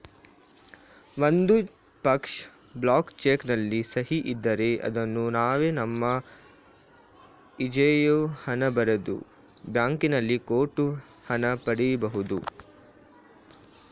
ಒಂದು ಪಕ್ಷ, blank cheque ನಲ್ಲಿ ಸಹಿ ಇದ್ದರೆ ಅದನ್ನು ನಾವೇ ನಮ್ಮ ಇಚ್ಛೆಯ ಹಣ ಬರೆದು, ಬ್ಯಾಂಕಿನಲ್ಲಿ ಕೊಟ್ಟು ಹಣ ಪಡಿ ಬಹುದು